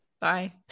bye